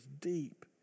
deep